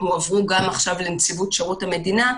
שמועברים גם עכשיו לנציבות שירות המדינה,